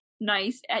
nice